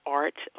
art